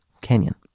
canyon